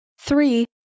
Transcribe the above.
three